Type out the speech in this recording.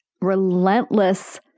relentless